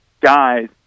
guys